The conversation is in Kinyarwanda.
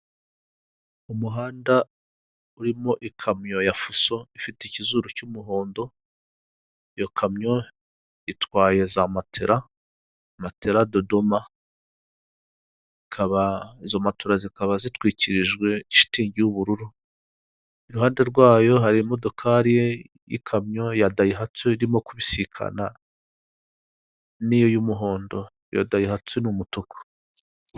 Mu muhanda harimo imodoka isize irangi ry'ubururu, imbere harimo haraturukayo ipikipiki ihetse umuntu, hirya gatoya hahagaze umuntu, ku muhanda hari ibiti binini cyane.